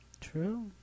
True